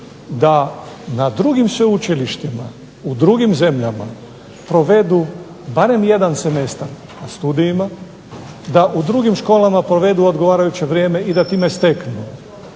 da na drugim sveučilištima u drugim zemljama provedu barem jedan semestar na studijima, da u drugim školama provedu odgovarajuće vrijeme i da time steknu